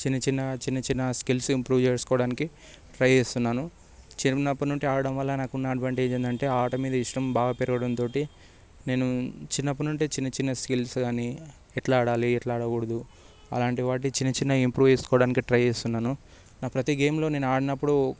చిన్న చిన్న చిన్న చిన్న స్కిల్స్ ఇంప్రూవ్ చేసుకోవడానికి ట్రై చేస్తున్నాను చిన్నప్పటి నుంచి ఆడటం వల్ల నాకు ఉన్న అడ్వాంటేజ్ ఏంటంటే ఆట మీద ఇష్టం బాగా పెరగడంతో నేను చిన్నప్పటి నుంచే చిన్న చిన్న స్కిల్స్ కానీ ఎట్లా ఆడాలి ఎట్లా ఆడకూడదు అలాంటి వాటి చిన్న చిన్న ఇంప్రూవ్ చేసుకోవడానికి ట్రై చేస్తున్నాను నా ప్రతీ గేమ్లో నేను ఆడినప్పుడు